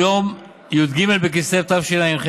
הוא יום י"ג בכסלו התשע"ח,